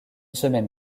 semaine